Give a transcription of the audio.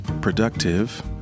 productive